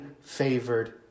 favored